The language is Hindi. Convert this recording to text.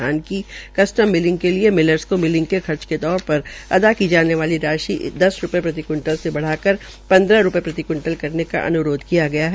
धान की कस्टम मिलिंग के लिये मिलर्स को मिलिंग के खर्च के तौर पर अदा की जाने वाली राशि दस रूपये प्रति क्विंटल् से बढ़कर पन्द्रह रूपये प्रति क्विंटल् करने का अनुरोध किया गया है